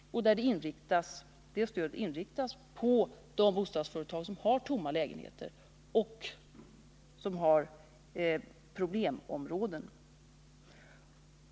Stödet inriktas på de bostadsföretag som har tomma lägenheter och bostadsföretag i problemområden.